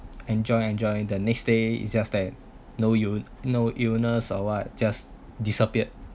enjoy enjoy the next day it's just that no ill~ no illness or what just disappeared